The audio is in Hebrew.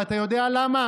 ואתה יודע למה?